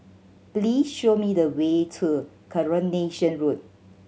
please show me the way to Coronation Road